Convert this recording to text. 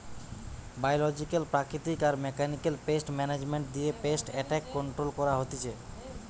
biological প্রাকৃতিক আর mechanical pest management দিয়ে পেস্ট এট্যাক কন্ট্রোল করা হতিছে